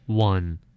One